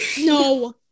No